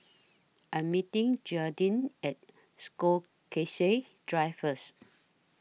I Am meeting Jayden At Stokesay Drive First